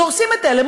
דורסים את אלה,